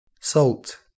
Salt